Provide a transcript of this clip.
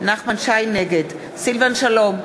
נגד סילבן שלום,